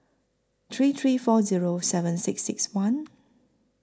three three four Zero seven six six one